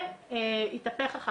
זה אחר כך התהפך.